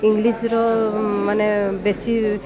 ଇଂଲିଶର ମାନେ ବେଶୀ